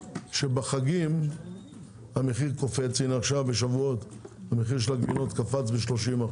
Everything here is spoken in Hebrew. שבחגים המחיר קופץ הנה עכשיו בשבועות מחיר הגבינות קפץ ב-30%,